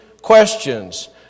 questions